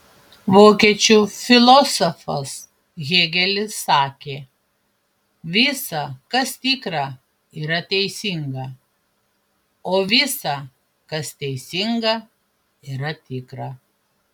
vokiečių filosofas hėgelis sakė visa kas tikra yra teisinga o visa kas teisinga yra tikra